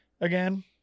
again